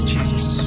Jesus